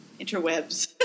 interwebs